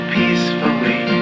peacefully